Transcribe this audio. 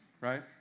right